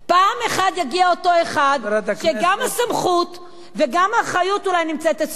פעם אחת יגיע אותו אחד שגם הסמכות וגם האחריות נמצאות אצלו.